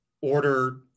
order